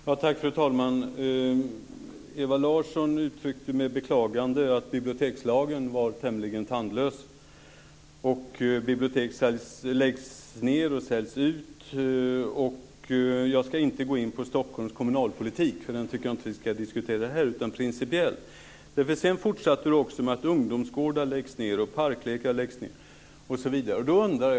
Fru talman! Ewa Larsson uttryckte ett beklagande över att bibliotekslagen är tämligen tandlös. Bibliotek läggs ned och säljs ut. Jag ska inte gå in på Stockholms kommunalpolitik. Jag tycker inte att vi ska diskutera den här utan vara principiella. Ewa Larsson fortsatte med att säga att ungdomsgårdar, parklekar osv. läggs ned.